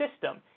system